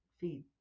feed